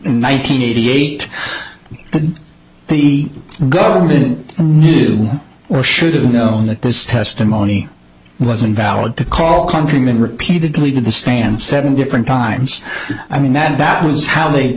hundred eighty eight that the government knew or should have known that this testimony wasn't valid to call countryman repeatedly to the stand seven different times i mean that that was how they